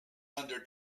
under